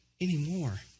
anymore